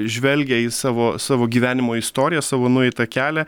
žvelgia į savo savo gyvenimo istoriją savo nueitą kelią